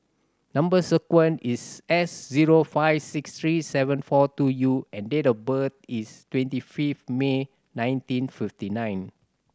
number sequence is S zero five six three seven four two U and date of birth is twenty fifth May nineteen fifty nine